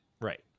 right